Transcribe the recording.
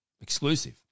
exclusive